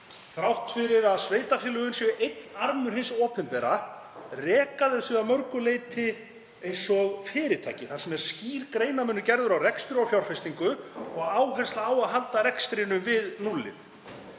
Þrátt fyrir að sveitarfélögin séu einn armur hins opinbera reka þau sig að mörgu leyti eins og fyrirtæki þar sem skýr greinarmunur er gerður á rekstri og fjárfestingu og áhersla á að halda rekstrinum við núllið.